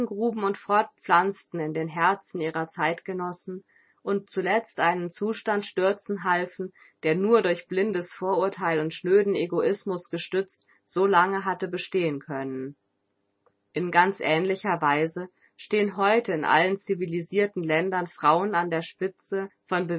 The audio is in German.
eingruben und fortpflanzten in den herzen ihrer zeitgenossen und zuletzt einen zustand stürzen halfen der nur durch blindes vorurtheil und schnöden egoismus gestützt so lange hatte bestehen können in ganz ähnlicher weise stehen heute in allen civilisirten ländern frauen an der spitze von